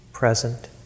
present